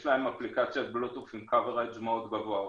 יש להם אפליקציות Bluetooth עם כיסוי הטמעות גבוה.